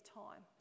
time